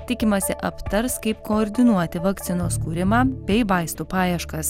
tikimasi aptars kaip koordinuoti vakcinos kūrimą bei vaistų paieškas